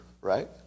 right